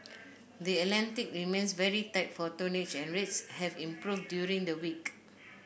the Atlantic remains very tight for tonnage and rates have improved during the week